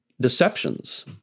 deceptions